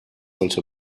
also